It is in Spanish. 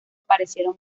aparecieron